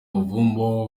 umuvumo